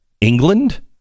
England